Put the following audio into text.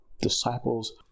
disciples